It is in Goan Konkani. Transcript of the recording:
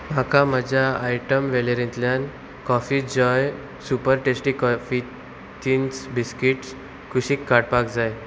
म्हाका म्हज्या आयटम वेळेरेंतल्यान coffee joy super tasty coffee thins biscuits कुशीक काडपाक जाय